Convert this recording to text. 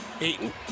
Eaton